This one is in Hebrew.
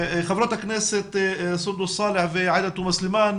חברות הכנסת סונדוס סאלח ועאידה תומא סולימאן,